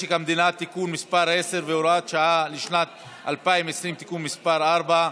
משק המדינה (תיקון מס' 10 והוראת שעה לשנת 2020) (תיקון מס' 4),